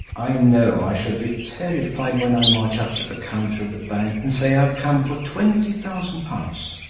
i know i shall be terrified when i march up to the counter of the bank and say i've come for twenty thousand pounds!